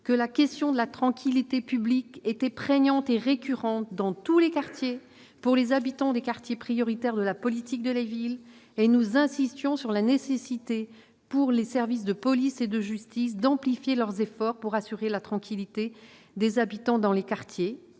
que « la question de la tranquillité publique était prégnante et récurrente pour les habitants des quartiers prioritaires de la politique de la ville » et souligné la nécessité, pour les services de police et de la justice, d'« amplifier leurs actions pour assurer la tranquillité des habitants dans les quartiers